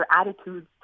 attitudes